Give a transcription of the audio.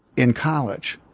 in college.